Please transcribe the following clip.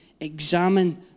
Examine